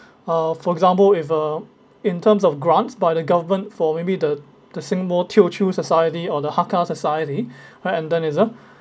uh for example if uh in terms of grants by the government for maybe the the singapore teochew society or the hakka society right and then is uh